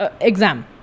exam